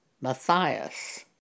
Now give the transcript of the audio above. Matthias